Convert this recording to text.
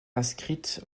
inscrites